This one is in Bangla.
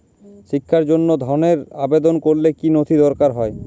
শিক্ষার জন্য ধনের আবেদন করলে কী নথি দরকার হয়?